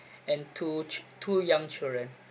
and two chi~ two young children